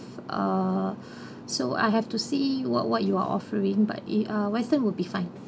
uh so I have to see what what you're offering but uh western will be fine